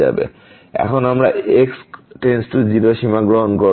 সুতরাং এখন আমরা x → 0 সীমা গ্রহণ করব